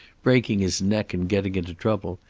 breaking his neck and getting into trouble.